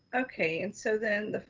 okay. and so then